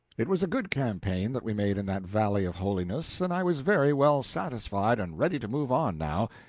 it was a good campaign that we made in that valley of holiness, and i was very well satisfied, and ready to move on now,